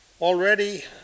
Already